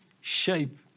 shape